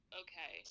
okay